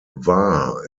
var